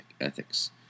ethics